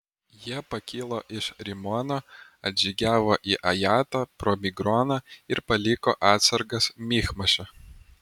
jie pakilo iš rimono atžygiavo į ajatą pro migroną ir paliko atsargas michmaše